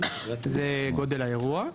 זה גודל האירוע.